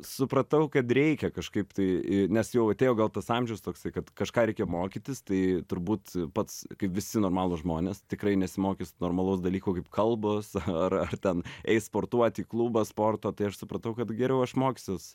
supratau kad reikia kažkaip tai nes e jau atėjo gal tas amžius toksai kad kažką reikia mokytis tai turbūt pats kaip visi normalūs žmonės tikrai nesimokys normalaus dalyko kaip kalbos ar ten eis sportuot į klubą sporto tai aš supratau kad geriau aš mokysiuos